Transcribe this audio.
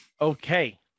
Okay